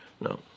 no